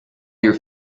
your